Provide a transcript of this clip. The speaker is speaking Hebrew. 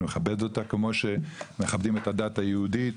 אני מכבד אותה כמו שמכבדים את הדת היהודית,